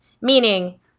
Meaning